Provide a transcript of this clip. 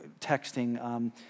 texting